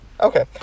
Okay